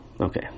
Okay